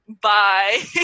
Bye